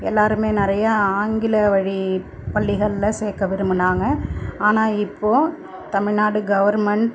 எல்லோருமே நிறையா ஆங்கில வழி பள்ளிகளில் சேர்க்க விரும்பினாங்க ஆனால் இப்போ தமிழ்நாடு கவர்மெண்ட்